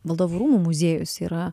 valdovų rūmų muziejus yra